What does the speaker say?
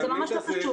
זה ממש לא קשור.